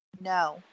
No